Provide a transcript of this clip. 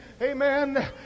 amen